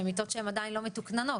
מיטות שהן עדיין לא מתוקננות.